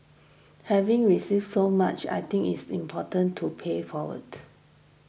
having received so much I think it's important to pay it forward